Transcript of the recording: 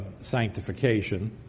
sanctification